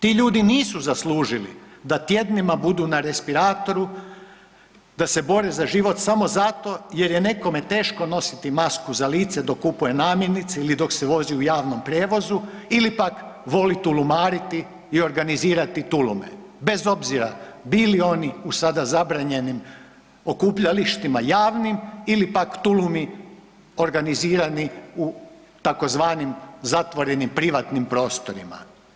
Ti ljudi nisu zaslužili da tjednima budu na respiratoru, da se bore za život samo zato jer je nekome teško nositi masku za lice dok kupuje namirnice ili dok se vozi u javnom prijevozu ili pak voli tulumariti i organizirati tulume, bez obzira bili oni u sada zabranjenim okupljalištima javnim ili pak tulumi organizirani u tzv. zatvorenim privatnim prostorima.